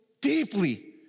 deeply